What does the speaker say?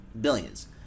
billions